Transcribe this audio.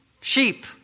sheep